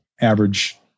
average